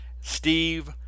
Steve